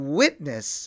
witness